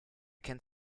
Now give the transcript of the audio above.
kennt